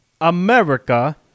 America